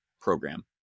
program